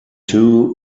two